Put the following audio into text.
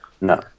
No